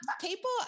people